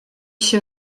się